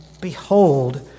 behold